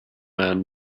man